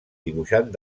dibuixant